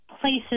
places